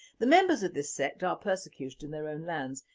the members of this sect are persecuted in their own lands,